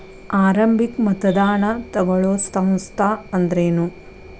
ಆರಂಭಿಕ್ ಮತದಾನಾ ತಗೋಳೋ ಸಂಸ್ಥಾ ಅಂದ್ರೇನು?